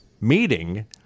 meeting